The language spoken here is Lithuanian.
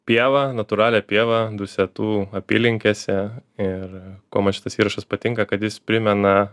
pievą natūralią pievą dusetų apylinkėse ir kuo man šitas įrašas patinka kad jis primena